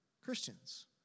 Christians